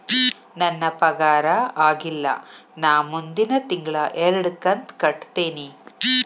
ನನ್ನ ಪಗಾರ ಆಗಿಲ್ಲ ನಾ ಮುಂದಿನ ತಿಂಗಳ ಎರಡು ಕಂತ್ ಕಟ್ಟತೇನಿ